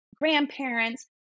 grandparents